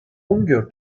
younger